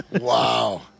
Wow